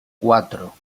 cuatro